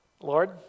Lord